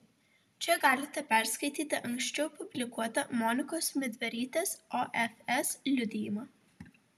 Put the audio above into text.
čia galite perskaityti anksčiau publikuotą monikos midverytės ofs liudijimą